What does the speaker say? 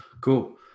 cool